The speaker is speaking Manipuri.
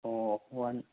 ꯑꯣ ꯋꯥꯟ